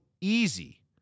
easy